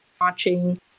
watching